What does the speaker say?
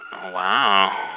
Wow